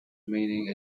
meaning